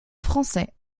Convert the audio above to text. français